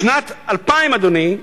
בשנת 2000, אדוני,